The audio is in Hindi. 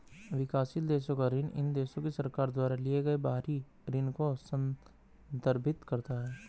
विकासशील देशों का ऋण इन देशों की सरकार द्वारा लिए गए बाहरी ऋण को संदर्भित करता है